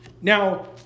Now